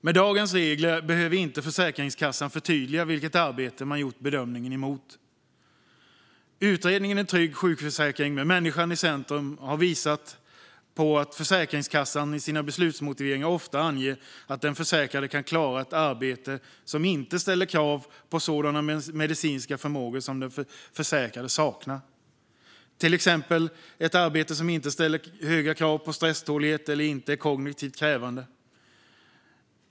Med dagens regler behöver Försäkringskassan inte förtydliga vilket arbete bedömningen gäller. Utredningen En trygg sjukförsäkring med människan i centrum har visat på att Försäkringskassan i beslutsmotiveringarna ofta anger att den försäkrade kan klara ett arbete som inte ställer krav på sådana medicinska förmågor som den försäkrade saknar, till exempel ett arbete som inte ställer höga krav på stresstålighet eller inte är kognitivt krävande.